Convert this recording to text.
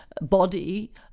body